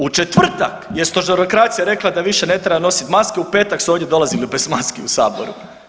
U četvrtak je stožerokracija rekla da više ne treba nositi maske, u petak su ovdje dolazili bez maski u Saboru.